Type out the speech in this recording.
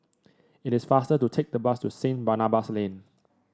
it is faster to take the bus to Saint Barnabas Lane